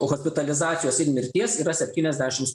hospitalizacijos ir mirties yra septyniasdešims